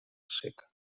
seca